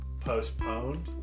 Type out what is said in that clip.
postponed